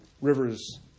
rivers